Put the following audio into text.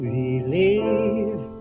believe